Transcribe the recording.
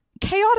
chaotic